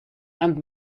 and